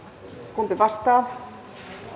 kumpi vastaa